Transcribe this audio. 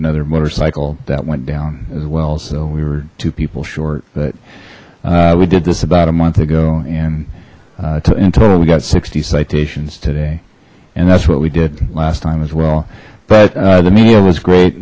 another motorcycle that went down as well so we were two people short but we did this about a month ago and two in total we got sixty citations today and that's what we did last time as well but the media was great